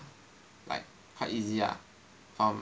like quite easy ah from